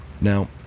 Now